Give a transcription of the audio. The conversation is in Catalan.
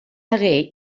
hagué